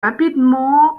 rapidement